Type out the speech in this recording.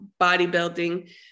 bodybuilding